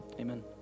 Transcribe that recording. Amen